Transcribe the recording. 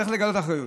צריך לגלות אחריות.